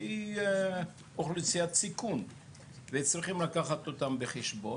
שהיא אוכלוסיית סיכון וצריכים לקחת אותה בחשבון.